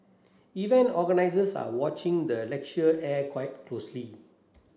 event organisers are watching the air closely